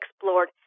explored